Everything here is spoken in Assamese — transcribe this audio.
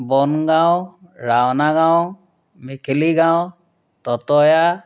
বনগাঁও ৰাওনাগাঁও মেখেলিগাঁও ততয়া